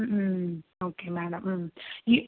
okay madam ഈ